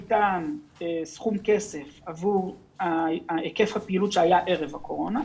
ניתן סכום כסף עבור היקף הפעילות שהיה ערב הקורונה.